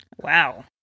Wow